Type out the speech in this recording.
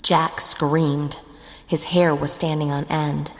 jack screened his hair was standing on and